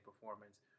performance